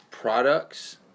Products